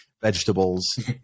vegetables